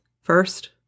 First